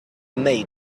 made